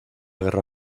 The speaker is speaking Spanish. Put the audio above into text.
guerra